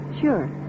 Sure